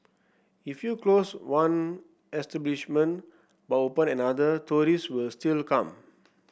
if you close one establishment but open another tourist will still come